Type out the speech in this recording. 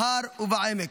בהר ובעמק.